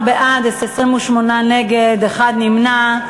16 בעד, 28 נגד, אחד נמנע.